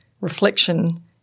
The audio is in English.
reflection